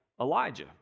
Elijah